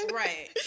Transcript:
right